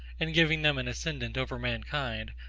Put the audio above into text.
in giving them an ascendant over mankind,